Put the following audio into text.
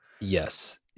yes